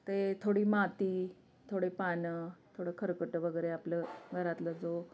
ते थोडी माती थोडे पानं थोडं खरकटं वगैरे आपलं घरातलं जो